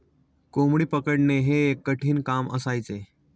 कोंबडी पकडणे हे एक कठीण काम असायचे